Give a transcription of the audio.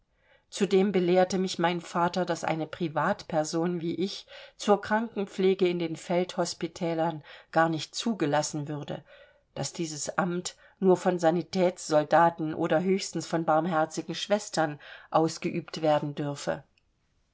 zudem belehrte mich mein vater daß eine privatperson wie ich zur krankenpflege in den feldhospitälern gar nicht zugelassen würde daß dieses amt nur von sanitätssoldaten oder höchstens von barmherzigen schwestern ausgeübt werden dürfe